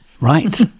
Right